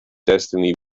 destiny